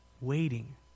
waiting